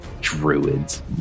druids